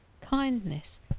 kindness